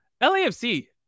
LAFC